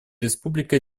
республика